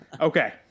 Okay